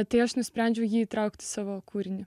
atėjęs nusprendžiau jį įtraukti į savo kūrinį